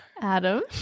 Adam